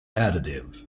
additive